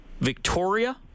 Victoria